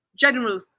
general